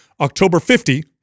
October50